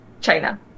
China